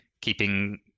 keeping